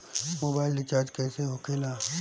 Mobile recharge कैसे होखे ला?